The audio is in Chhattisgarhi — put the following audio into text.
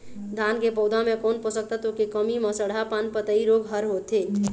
धान के पौधा मे कोन पोषक तत्व के कमी म सड़हा पान पतई रोग हर होथे?